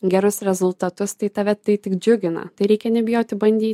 gerus rezultatus tai tave tai tik džiugina tai reikia nebijoti bandyti